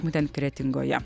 būtent kretingoje